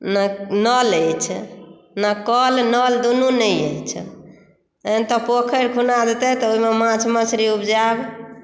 नहि नल अछि ने कल नल दुनू नहि अछि तहन तऽ पोखरि खुना देतै तऽ ओहिमे माछ मछरी उपजायब